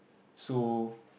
so